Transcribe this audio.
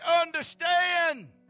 understand